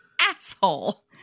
asshole